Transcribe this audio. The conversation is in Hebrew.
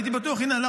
הייתי בטוח שהינה,